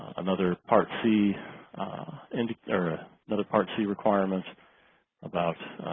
another part c and another part c requirements about